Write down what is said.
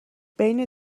بین